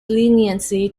leniency